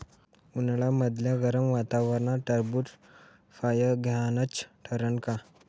उन्हाळ्यामदल्या गरम वातावरनात टरबुज फायद्याचं ठरन का?